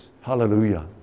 Hallelujah